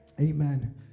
amen